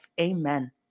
Amen